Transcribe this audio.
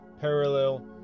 parallel